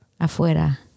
afuera